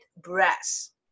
Brass